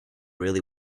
really